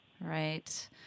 Right